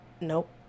Nope